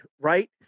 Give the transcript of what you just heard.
right